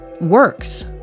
works